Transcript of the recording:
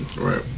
Right